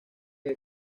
que